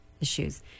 issues